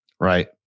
Right